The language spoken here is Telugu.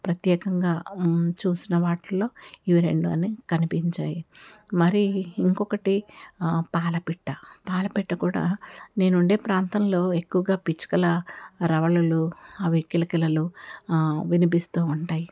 ప్రత్యేకంగా చూసిన వాటిల్లో ఇవి రెండు అనేవి కనిపించాయి మరి ఇంకొకటి పాలపిట్ట పాలపిట్ట కూడా నేను ఉండే ప్రాంతంలో ఎక్కువగా పిచ్చుకల రవళులు అవి కిలకిలలు వినిపిస్తూ ఉంటాయి